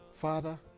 Father